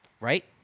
right